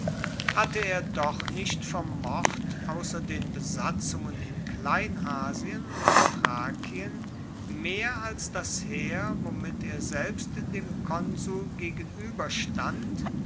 hatte er doch nicht vermocht ausser den besatzungen in kleinasien und thrakien mehr als das heer womit er selbst dem konsul